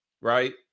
right